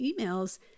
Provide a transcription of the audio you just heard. emails